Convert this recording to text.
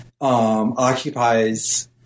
occupies